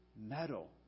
metal